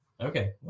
Okay